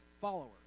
follower